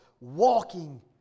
walking